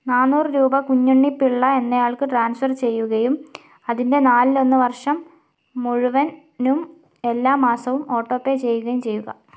നാനൂറ് രൂപ കുഞ്ഞുണ്ണി പിള്ള എന്നയാൾക്ക് ട്രാൻസ്ഫർ ചെയ്യുകയും അതിൻ്റെ നാലിലൊന്ന് വർഷം മുഴുവനും എല്ലാ മാസവും ഓട്ടോപേ ചെയ്യുകയും ചെയ്യുക